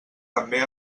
també